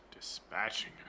dispatching